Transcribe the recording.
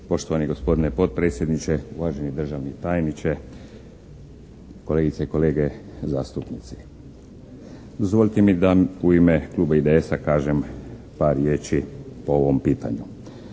Poštovani gospodine potpredsjedniče, uvaženi državni tajniče, kolegice i kolege zastupnici! Dozvolite mi da u ime kluba IDS-a kažem par riječi o ovom pitanju.